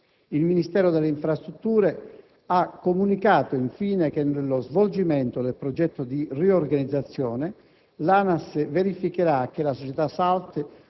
Il Ministero delle infrastrutture ha comunicato, infine, che nello svolgimento del progetto di riorganizzazione l'ANAS verificherà che la società SALT